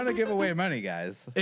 and give away money guys.